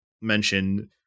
mention